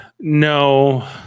No